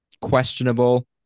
questionable